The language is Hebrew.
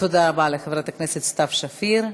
תודה רבה לחברת הכנסת סתיו שפיר.